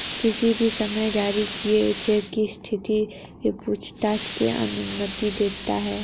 किसी भी समय जारी किए चेक की स्थिति की पूछताछ की अनुमति देता है